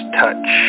touch